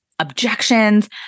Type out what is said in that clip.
objections